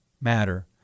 Matter